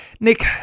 Nick